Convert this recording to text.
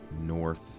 north